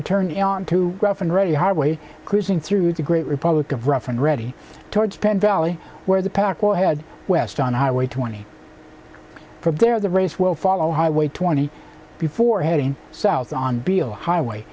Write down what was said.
return on to rough and ready highway cruising through the great republic of rough and ready towards penn valley where the park or head west on highway twenty from there the race will follow highway twenty before heading south on beale highway